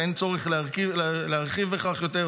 ואין צורך להרחיב בכך יותר.